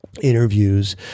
interviews